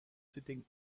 sitting